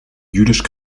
jüdisch